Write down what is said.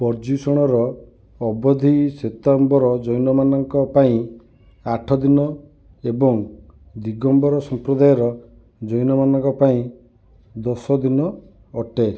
ପର୍ଯ୍ୟୁଷଣର ଅବଧି ଶ୍ୱେତାମ୍ବର ଜୈନମାନଙ୍କ ପାଇଁ ଆଠ ଦିନ ଏବଂ ଦିଗମ୍ବର ସମ୍ପ୍ରଦାୟର ଜୈନମାନଙ୍କ ପାଇଁ ଦଶ ଦିନ ଅଟେ